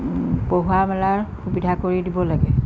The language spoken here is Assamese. পঢ়োৱা মেলাৰ সুবিধা কৰি দিব লাগে